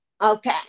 Okay